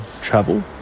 travel